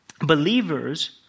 Believers